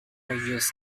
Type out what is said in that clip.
radius